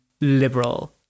liberal